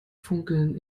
funkeln